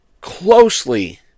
closely